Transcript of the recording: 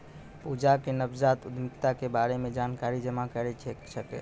पूजा के नवजात उद्यमिता के बारे मे जानकारी जमा करै के छलै